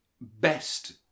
best